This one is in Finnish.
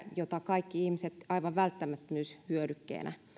joita kaikki ihmiset aivan välttämättömyyshyödykkeinä